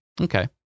Okay